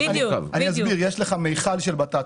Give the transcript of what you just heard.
יש לך מיכל של בטטות,